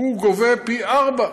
הוא גובה פי ארבעה,